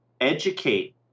educate